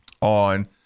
On